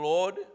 Lord